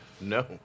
No